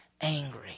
angry